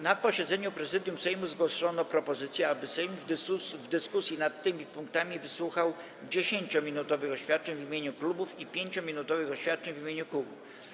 Na posiedzeniu Prezydium Sejmu zgłoszono propozycję, aby Sejm w dyskusji nad tymi punktami wysłuchał 10-minutowych oświadczeń w imieniu klubów i 5-minutowych oświadczeń w imieniu kół.